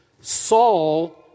Saul